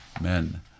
men